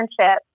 internship